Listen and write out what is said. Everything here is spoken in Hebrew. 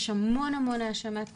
יש המון המון האשמת קורבן,